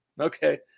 Okay